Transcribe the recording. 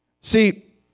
See